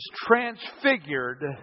transfigured